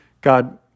God